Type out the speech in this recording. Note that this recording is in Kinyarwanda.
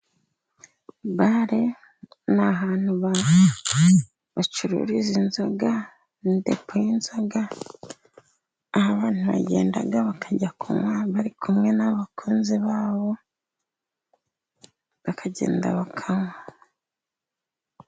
bare n'ahantu bacururiza inzoga ndetse na depo y'inzoga, aho abantu bagendaga bakajya kunywa bari n'abakunzi babo, bakagenda bakanywa.